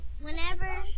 whenever